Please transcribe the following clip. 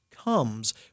comes